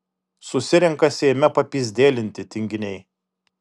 susirenka seime papyzdelinti tinginiai